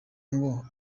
ngo